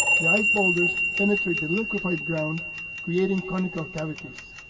the ice boulders penetrate the liquefied ground creating conical cavities.